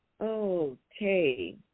Okay